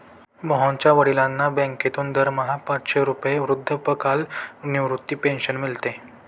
मोहनच्या वडिलांना बँकेतून दरमहा पाचशे रुपये वृद्धापकाळ निवृत्ती पेन्शन मिळते